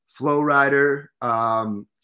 Flowrider